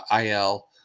IL